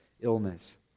illness